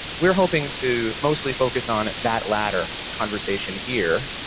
we're hoping to mostly focus on that latter conversation here.